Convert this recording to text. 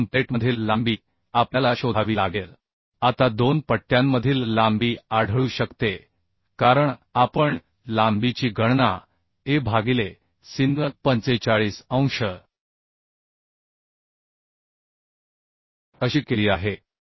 आता दोन प्लेटमधील लांबी आपल्याला शोधावी लागेल आता दोन पट्ट्यांमधील लांबी आढळू शकते कारण आपण लांबीची गणना asin 45 अंश अशी केली आहे